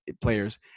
players